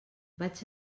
vaig